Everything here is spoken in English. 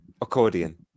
accordion